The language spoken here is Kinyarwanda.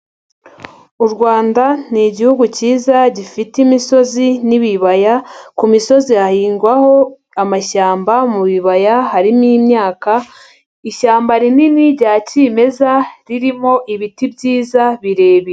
U Rwanda ni igihugu cyiza gifite imisozi n'ibibaya, ku misozi hahingwaho amashyamba, mu bibaya harimo imyaka, ishyamba rinini rya kimeza ririmo ibiti byiza birebire.